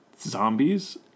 zombies